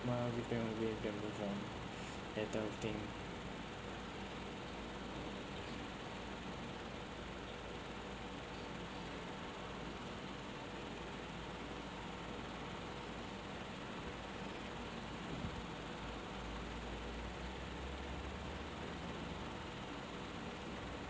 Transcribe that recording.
then move on and don't think